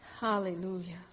hallelujah